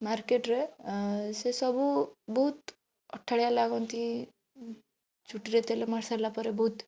ମାର୍କେଟରେ ସେ ସବୁ ବହୁତ୍ ଅଠାଳିଆ ଲାଗନ୍ତି ଚୁଟିରେ ତେଲ ମାରି ସାରିଲା ପରେ ବହୁତ